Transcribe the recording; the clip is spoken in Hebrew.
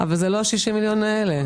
אבל אלה לא ה-60 מיליון האלה.